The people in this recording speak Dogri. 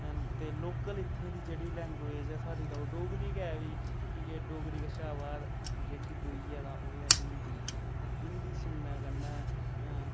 ते लोकल इत्थैं दी जेह्ड़ी लैंग्वेज ऐ साढ़ी ते ओह् डोगरी गै ऐ भई कि के डोगरी कशा बाद जेह्की दूई ऐ तां ओह् ऐ हिंदी ते हिंदी सुनने कन्नै